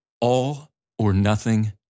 all-or-nothing